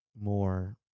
more